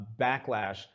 backlash